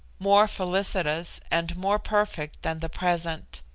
more felicitous and more perfect than the present.